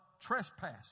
trespass